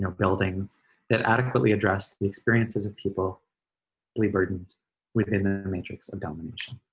you know buildings that adequately address the experiences of people we burdened within a matrix of domination.